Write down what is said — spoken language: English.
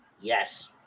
Yes